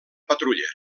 patrulla